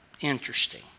Interesting